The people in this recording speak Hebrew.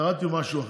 קראתי משהו אחר.